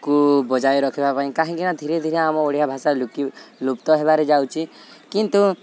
କୁ ବଜାଇ ରଖିବା ପାଇଁ କାହିଁକିନା ଧୀରେ ଧୀରେ ଆମ ଓଡ଼ିଆ ଭାଷା ଲୁପ୍ତ ହେବାକୁ ଯାଉଛି କିନ୍ତୁ